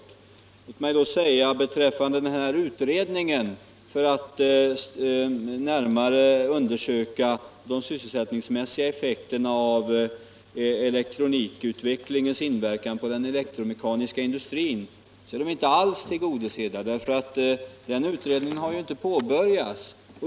Men låt mig säga beträffande utredningen om de sysselsättningsmässiga effekterna av elektronikutvecklingens inverkan på den elektromekaniska industrin att önskemålen inte alls är tillgodosedda. Den utredningen har inte påbörjats.